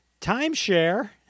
Timeshare